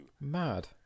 Mad